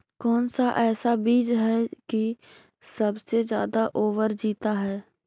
कौन सा ऐसा बीज है की सबसे ज्यादा ओवर जीता है?